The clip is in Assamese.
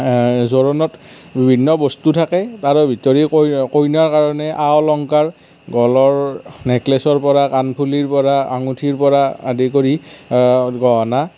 জোৰোণত বিভিন্ন বস্তু থাকে তাৰ ভিতৰত কইনাৰ কাৰণে আ অলংকাৰ গলৰ নেকলেচৰ পৰা কাণফুলিৰ পৰা আঙুঠিৰ পৰা আদি কৰি গহণা